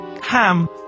ham